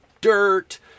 dirt